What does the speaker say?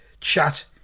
chat